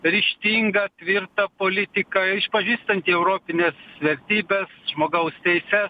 ryžtingą tvirtą politiką išpažįstantį europines vertybes žmogaus teises